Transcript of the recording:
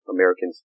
Americans